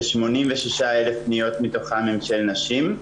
כ-86,000 פניות מתוכן הן של נשים,